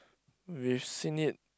we've seen it